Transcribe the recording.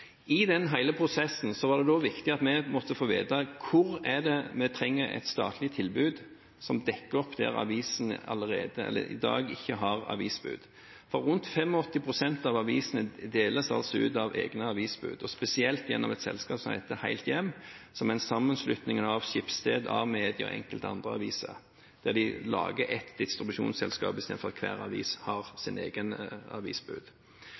I hele den prosessen var det da viktig å få vite: Hvor er det vi trenger et statlig tilbud som dekker opp der avisene i dag ikke har avisbud? Rundt 85 pst. av avisene deles altså ut av egne avisbud, og spesielt gjennom et selskap som heter Helthjem, som er en sammenslutning av Schibsted, Amedia og enkelte andre aviser, der de har laget ett distribusjonsselskap, istedenfor at hver avis har sine egne avisbud.